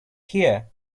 here